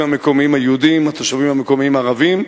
המקומיים היהודים לתושבים המקומיים הערבים.